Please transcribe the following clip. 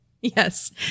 Yes